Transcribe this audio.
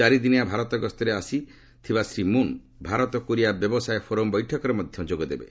ଚାରିଦିନିଆ ଭାରତ ଗସ୍ତରେ ଆସି ଶ୍ରୀ ମୁନ୍ ଭାରତ କୋରିଆ ବ୍ୟବସାୟ ଫୋରମ ବୈଠକରେ ମଧ୍ୟ ଯୋଗଦେବେ